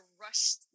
rush